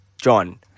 John